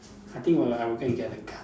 I think will I will go and get a gun